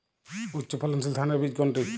উচ্চ ফলনশীল ধানের বীজ কোনটি?